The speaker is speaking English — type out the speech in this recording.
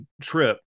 trip